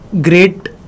great